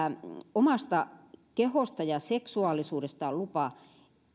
omasta kehosta ja seksuaalisuudesta on lupa